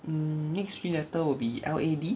next three letter will be L A D